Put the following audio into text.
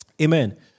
Amen